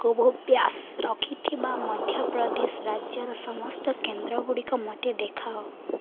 Covovax ରଖିଥିବା ମଧ୍ୟପ୍ରଦେଶ ରାଜ୍ୟର ସମସ୍ତ କେନ୍ଦ୍ରଗୁଡ଼ିକ ମୋତେ ଦେଖାଅ